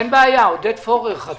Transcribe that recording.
עודד פורר חתם.